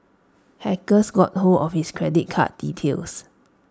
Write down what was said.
hackers got hold of his credit card details